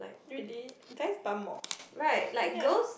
really guys pump more what ya